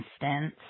instance